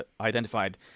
identified